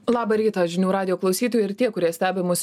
labą rytą žinių radijo klausytojai ir tie kurie stebi mus